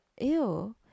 Ew